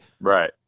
right